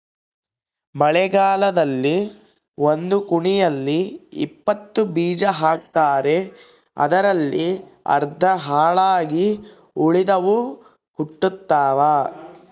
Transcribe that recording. ಮಳೆಗಾಲದಲ್ಲಿ ಒಂದು ಕುಣಿಯಲ್ಲಿ ಇಪ್ಪತ್ತು ಬೀಜ ಹಾಕ್ತಾರೆ ಅದರಲ್ಲಿ ಅರ್ಧ ಹಾಳಾಗಿ ಉಳಿದವು ಹುಟ್ಟುತಾವ